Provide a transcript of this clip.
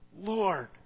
Lord